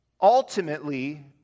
ultimately